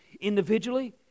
individually